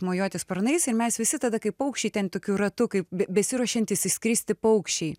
mojuoti sparnais ir mes visi tada kaip paukščiai ten tokiu ratu kaip be besiruošiantys išskristi paukščiai